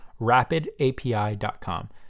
rapidapi.com